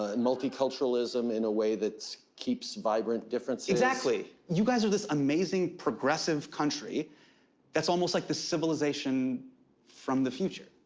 ah multiculturalism in a way that keeps vibrant differences. exactly. you guys are this amazing progressive country that's almost like the civilization from the future.